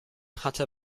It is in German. hatte